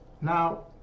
Now